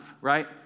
right